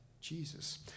Jesus